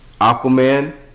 Aquaman